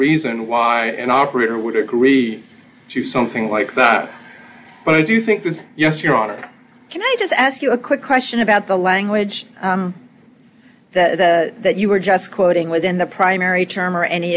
reason why an operator would agree to something like that but i do think that yes your honor can i just ask you a quick question about the language that that you were just quoting within the primary term or any